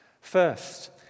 first